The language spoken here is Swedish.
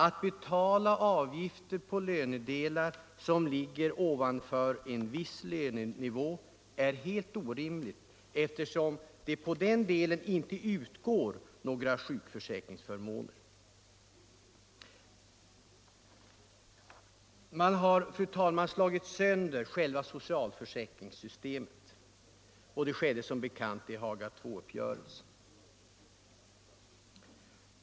Att betala avgifter på lönedelar som ligger ovanför en viss lönenivå är helt orimligt, eftersom det på den delen inte utgår några sjukförsäkringsförmåner. Man har, fru talman, slagit sönder själva socialförsäkringssystemet, och det skedde som bekant vid Haga II-uppgörelsen.